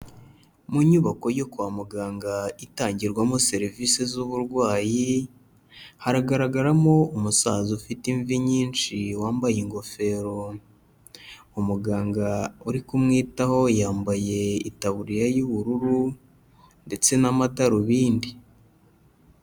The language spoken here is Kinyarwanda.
Mu nyubako yo kwa muganga itangirwamo serivisi z'uburwayi, haragaragaramo umusaza ufite imvi nyinshi wambaye ingofero, umuganga uri kumwitaho yambaye itaburiya y'ubururu ndetse n'amadarubindi.